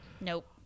Nope